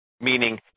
meaning